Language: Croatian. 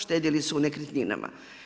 Štedjeli su u nekretninama.